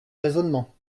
raisonnement